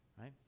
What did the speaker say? right